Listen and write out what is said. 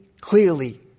clearly